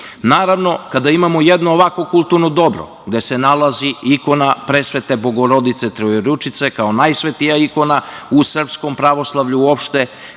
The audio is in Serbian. kada imamo jedno ovakvo kulturno dobro gde se nalazi ikona presvete Bogorodice Trojeručice, kao najsvetija ikona u srpskom pravoslavlju uopšte,